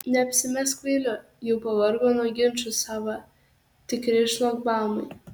neapsimesk kvailiu jau pavargo nuo ginčų sava tikri šlagbaumai